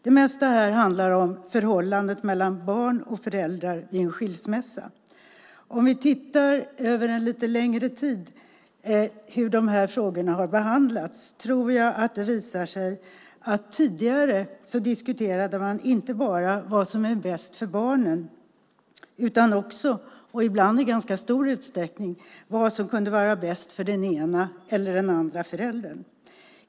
Det mesta här handlar om förhållandet mellan barn och föräldrar vid en skilsmässa. Om vi tittar över en lite längre tid på hur de här frågorna har behandlats tror jag att det visar sig att man tidigare diskuterade inte bara vad som är bäst för barnen utan också, och ibland i ganska stor utsträckning, vad som kunde vara bäst för den ena eller den andra föräldern.